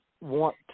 want